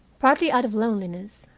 partly out of loneliness,